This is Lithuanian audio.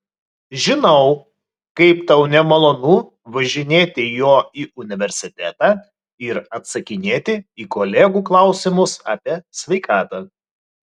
žinau kaip tau nemalonu važinėti juo į universitetą ir atsakinėti į kolegų klausimus apie sveikatą